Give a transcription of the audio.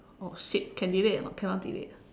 oh shit can delete or not cannot delete ah